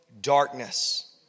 darkness